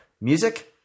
music